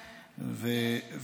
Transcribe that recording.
תקבל, יש.